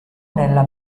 nella